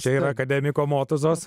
čia yra akademiko motuzos